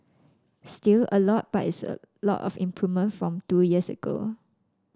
still a lot but it's a lot of improvement from two years ago